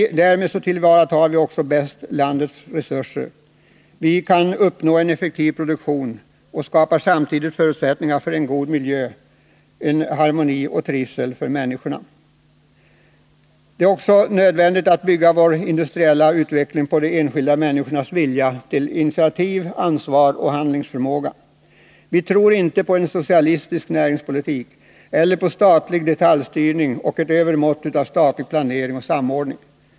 Därmed tillvaratar vi bäst landets resurser, vi uppnår en effektiv produktion och skapar samtidigt förutsättningar för en god miljö, för harmoni och trivsel för människorna. Det är också nödvändigt att bygga vår industriella utveckling på de enskilda människornas vilja till initiativ, ansvar och handlingsförmåga. Vi tror inte på en socialistisk näringspolitik eller på statlig detaljstyrning och ett övermått av statlig planering och samordning.